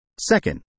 Second